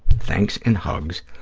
thanks and hugs,